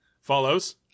follows